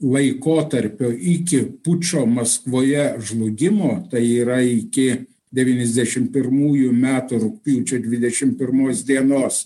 laikotarpio iki pučo maskvoje žlugimo tai yra iki devyniasdešimt pirmųjų metų rugpjūčio dvidešimt pirmos dienos